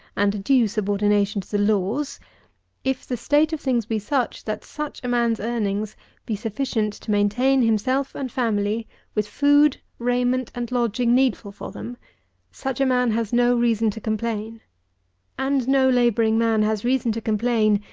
and a due subordination to the laws if the state of things be such, that such a man's earnings be sufficient to maintain himself and family with food, raiment, and lodging needful for them such a man has no reason to complain and no labouring man has reason to complain,